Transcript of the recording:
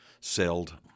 sailed